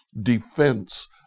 defense